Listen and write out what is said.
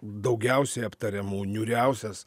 daugiausiai aptariamų niūriausias